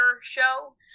show